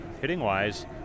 hitting-wise